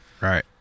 Right